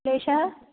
क्लेशः